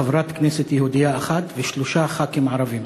חברת כנסת יהודייה אחת ושלושה חברי כנסת ערבים.